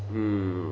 mm